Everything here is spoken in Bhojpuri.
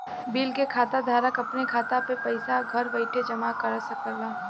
बिल के खाता धारक अपने खाता मे पइसा घर बइठे जमा करा सकेला